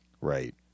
Right